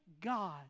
God